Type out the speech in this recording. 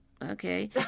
Okay